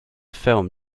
film